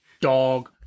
Dog